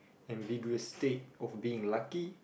ambiguous state of being lucky